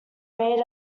made